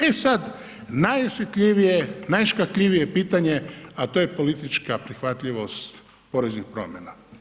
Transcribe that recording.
E sad, najosjetljivije, najškakljivije pitanje, a to je politička prihvatljivost poreznih promjena.